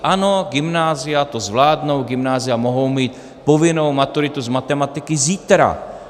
Ano, gymnázia to zvládnou, gymnázia mohou mít povinnou maturitu z matematiky zítra.